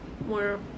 more